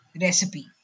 recipe